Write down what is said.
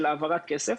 של העברת כסף.